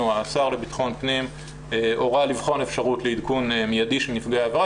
השר לבטחון פנים הורה לבחון אפשרות לעדכון מיידי של נפגעי העבירה,